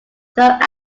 though